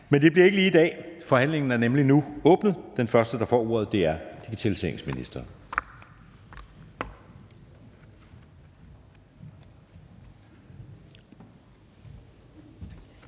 Men det bliver ikke lige i dag. Forhandlingen er nemlig nu åbnet. Og den første, der får ordet, er digitaliseringsministeren.